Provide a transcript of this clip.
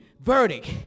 verdict